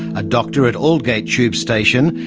a doctor at aldgate tube station,